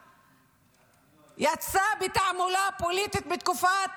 יצא בתעמולה פוליטית בתקופות